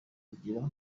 kugira